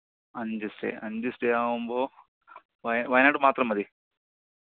അഞ്ച് സ്റ്റേ അഞ്ച് സ്റ്റേ ആകുമ്പോൾ വയ വയനാടു മാത്രം മതി